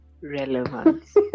relevance